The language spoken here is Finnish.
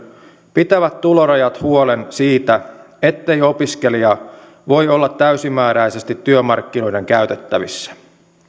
pitävät tulorajat huolen siitä ettei opiskelija voi olla täysimääräisesti työmarkkinoiden käytettävissä